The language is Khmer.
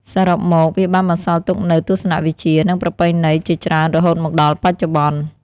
សរុបមក វាបានបន្សល់ទុកនូវទស្សនវិជ្ជា និងប្រពៃណីជាច្រើនរហូតមកដល់បច្ចុប្បន្ន។